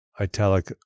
Italic